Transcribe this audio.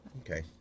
Okay